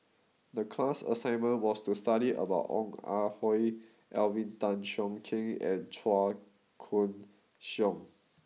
the class assignment was to study about Ong Ah Hoi Alvin Tan Cheong Kheng and Chua Koon Siong